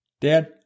Dad